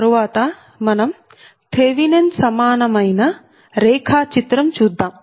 తరువాత మనం థెవినెన్ సమానమైన రేఖాచిత్రం చూద్దాం